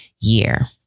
year